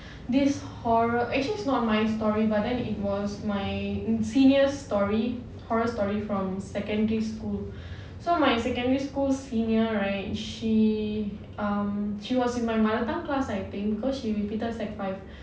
this horror actually it's not my story but then it was my senior's story horror story from secondary school so my secondary school senior right she um she was in my mother tongue class I think because she repeated secondary five